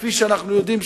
כפי שאנחנו יודעים,